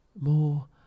more